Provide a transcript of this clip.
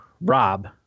Rob